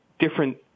Different